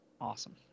Awesome